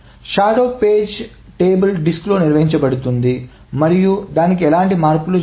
shadow page పట్టిక డిస్క్లో నిర్వహించబడుతుంది మరియు దానికి ఎలాంటి మార్పులు జరగవు